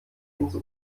ins